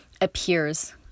appears